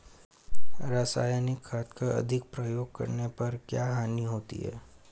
रासायनिक खाद का अधिक प्रयोग करने पर क्या हानि होती है?